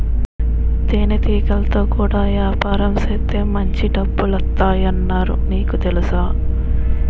తేనెటీగలతో కూడా యాపారం సేత్తే మాంచి డబ్బులొత్తాయ్ అన్నారు నీకు తెలుసా?